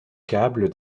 câble